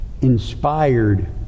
inspired